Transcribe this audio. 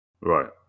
Right